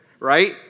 Right